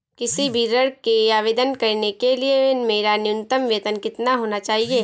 किसी भी ऋण के आवेदन करने के लिए मेरा न्यूनतम वेतन कितना होना चाहिए?